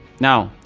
now,